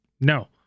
No